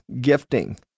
gifting